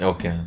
Okay